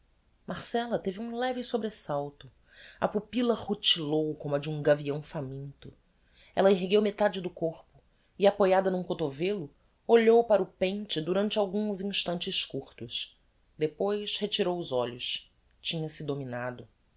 marcella teve um leve sobresalto a pupilla rutilou como a de um gavião faminto ella ergueu metade do corpo e apoiada n'um cotovello olhou para o pente durante alguns instantes curtos depois retirou os olhos tinha se dominado